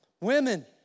Women